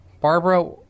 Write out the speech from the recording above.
Barbara